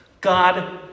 God